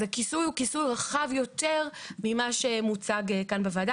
הכיסוי הוא כיסוי רחב יותר ממה שמוצג כאן בוועדה.